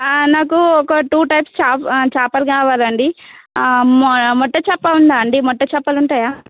నాకు ఒక two types చే చేపలు కావాలండి మ మొట్ట చేప ఉందా అండి మొట్ట చేపలు ఉంటాయా